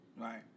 Right